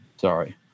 sorry